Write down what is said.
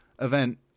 event